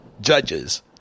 judges